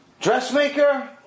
dressmaker